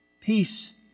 peace